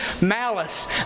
malice